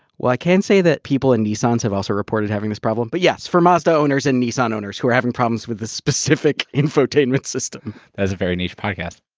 well, i can say that people in nissans have also reported having this problem, but yes, for mazda owners and nissan owners who are having problems with this specific infotainment system that's a very niche podcast